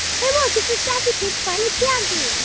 hey, look. it's the sassy kids playing with jazzy.